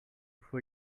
for